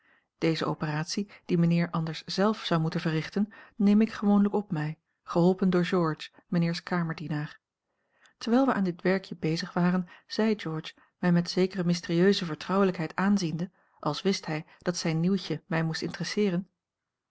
deze operatie die mijnheer anders zelf zou moeten verrichten neem ik gewoonlijk op mij geholpen door george mijnheers kamerdienaar terwijl wij aan dit werkje bezig waren zei george mij met zekere mysterieuse vertrouwelijkheid aanziende als wist hij dat zijn nieuwtje mij moest interesseeren